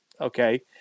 Okay